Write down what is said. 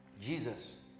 Jesus